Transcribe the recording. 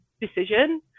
decision